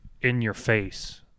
in-your-face